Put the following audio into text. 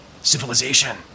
civilization